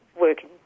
working